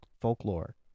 folklore